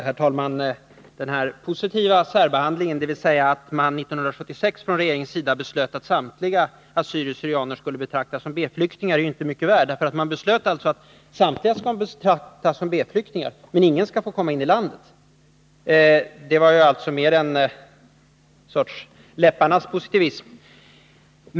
Herr talman! Den positiva särbehandlingen, dvs. detta att regeringen 1976 beslöt att samtliga assyrier och syrianer skulle betraktas som B-flyktingar, är inte mycket värd. Det beslöts ju att samtliga skall betraktas som B-flyktingar, men inga skall få komma in i landet.